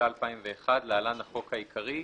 התשס"א 2001‏ (להלן, החוק העיקרי),